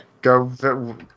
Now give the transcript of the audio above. Go